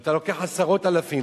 ואתה לוקח עשרות אלפים?